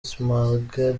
smaragde